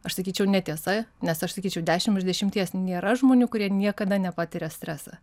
aš sakyčiau netiesa nes aš sakyčiau dešimt iš dešimties nėra žmonių kurie niekada nepatiria stresą